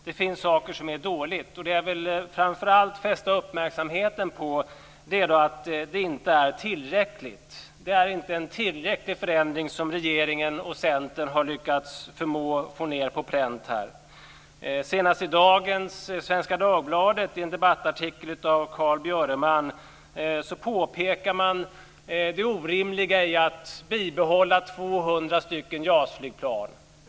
Det finns saker som är dåliga. Jag vill framför allt fästa uppmärksamheten på att det inte är tillräckligt. Det är inte en tillräcklig förändring som regeringen och Centern har lyckats få ned på pränt. Senast i dagens Svenska Dagbladet påpekar bl.a. Carl Björeman i en debattartikel det orimliga i att bibehålla 200 JAS-flygplan.